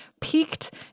peaked